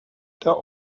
der